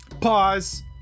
Pause